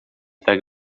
tak